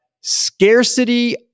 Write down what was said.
scarcity